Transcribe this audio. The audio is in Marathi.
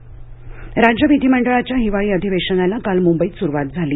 विधिमंडळ विधानसभा राज्य विधिमंडळाच्या हिवाळी अधिवेशनाला काल मुंबईत सुरूवात झाली